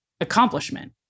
accomplishment